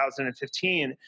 2015